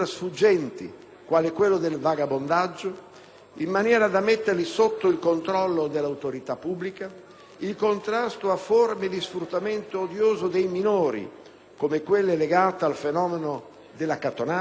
in maniera da metterli sotto il controllo dell'autorità pubblica, il contrasto a forme di sfruttamento odioso dei minori (come quelle legate al fenomeno dell'accattonaggio) e perfino la maggiore severità